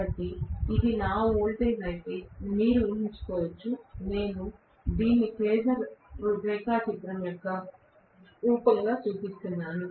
కాబట్టి ఇది నా వోల్టేజ్ అయితే మీరు ఊహించవచ్చు నేను దీనిని ఫేజర్ రేఖాచిత్రం యొక్క రూపంగా చూపిస్తున్నాను